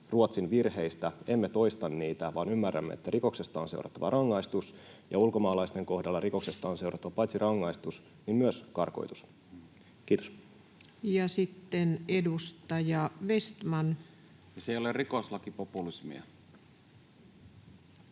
Ruotsin virheistä. Emme toista niitä vaan ymmärrämme, että rikoksesta on seurattava rangaistus ja ulkomaalaisten kohdalla rikoksesta on seurattava paitsi rangaistus myös karkotus. — Kiitos. [Sebastian Tynkkynen: Se ei ole rikoslakipopulismia!]